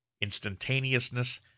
Instantaneousness